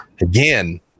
Again